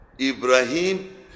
ibrahim